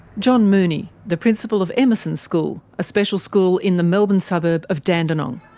john mooney, the principal of emerson school, a special school in the melbourne suburb of dandenong.